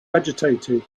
agitated